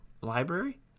library